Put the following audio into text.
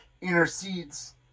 intercedes